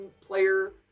Player